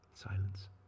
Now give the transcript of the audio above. silence